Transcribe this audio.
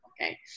okay